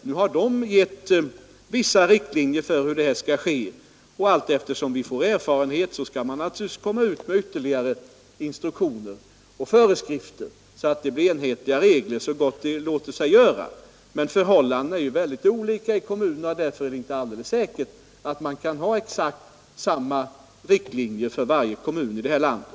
Nu har verket utfärdat vissa riktlinjer för hur denna verksamhet skall bedrivas, och allteftersom de får större erfarenhet kommer verket naturligtvis att utfärda ytterligare instruktioner och föreskrifter, så att reglerna blir enhetliga, så långt detta låter sig göra. Men förhållandena är mycket olika ute i kommunerna, och därför är det inte alldeles säkert att man kan ha exakt samma riktlinjer i alla kommuner här i landet.